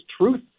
truth